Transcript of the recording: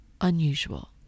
unusual